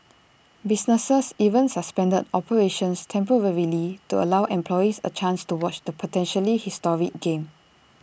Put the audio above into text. businesses even suspended operations temporarily to allow employees A chance to watch the potentially historic game